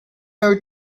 heard